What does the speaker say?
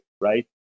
right